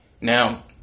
Now